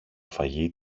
φαγί